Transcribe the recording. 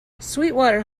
sweetwater